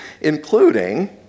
including